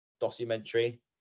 documentary